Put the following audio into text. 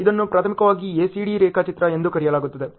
ಇದನ್ನು ಪ್ರಾಥಮಿಕವಾಗಿ ACD ರೇಖಾಚಿತ್ರ ಎಂದು ಕರೆಯಲಾಗುತ್ತದೆ